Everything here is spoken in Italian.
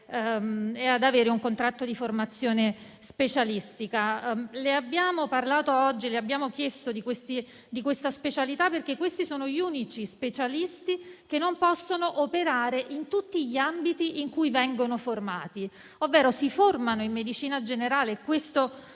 ad avere un contratto di formazione specialistica. Oggi le abbiamo chiesto di questa specialità perché si tratta degli unici specialisti che non possono operare in tutti gli ambiti in cui vengono formati. Si formano in medicina generale. E questo